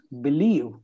believe